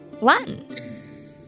Latin